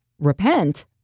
repent